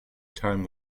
time